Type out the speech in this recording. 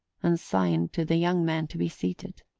and signed to the young man to be seated.